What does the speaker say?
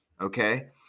okay